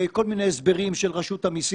יש כל מיני הסברים של רשות המיסים.